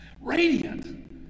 radiant